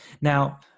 Now